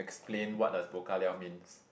explain what does bao ka liao means